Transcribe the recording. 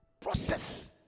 Process